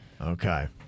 okay